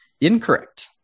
Incorrect